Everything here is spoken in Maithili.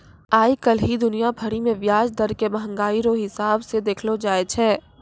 आइ काल्हि दुनिया भरि मे ब्याज दर के मंहगाइ रो हिसाब से देखलो जाय छै